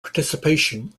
participation